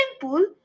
pool